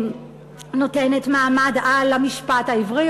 נותנת מעמד-על למשפט העברי,